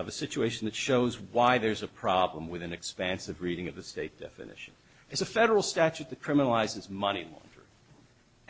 of a situation that shows why there's a problem with an expansive reading of the state definition is a federal statute that criminalizes money